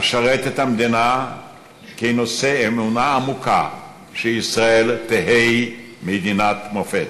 אשרת את המדינה כנושא אמונה עמוקה שישראל תהא מדינת מופת.